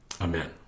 Amen